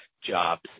jobs